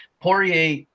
Poirier